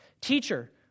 Teacher